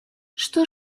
что